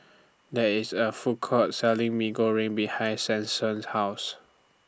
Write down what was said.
There IS A Food Court Selling Mee Goreng behind Stetson's House